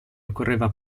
occorreva